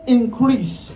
increase